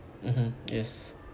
mmhmm yes